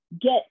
get